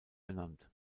benannt